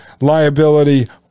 liability